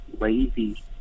lazy